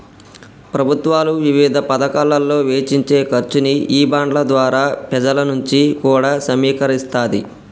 ప్రభుత్వాలు వివిధ పతకాలలో వెచ్చించే ఖర్చుని ఈ బాండ్ల ద్వారా పెజల నుంచి కూడా సమీకరిస్తాది